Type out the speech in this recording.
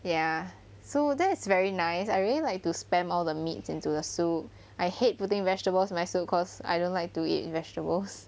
ya so that's very nice I really like to spam all the meat into the soup I hate putting vegetables in my soup cause I don't like to eat vegetables